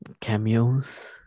cameos